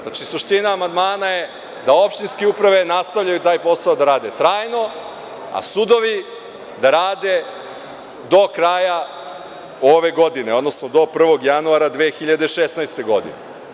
Znači, suština amandmana je da opštinske uprave nastavljaju taj posao da rade trajno, a sudovi da rade do kraja ove godine, odnosno do 1. januara 2016. godine.